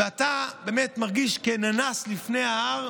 ואתה באמת מרגיש כננס לפני ההר,